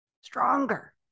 stronger